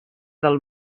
del